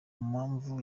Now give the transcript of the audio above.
mpamvu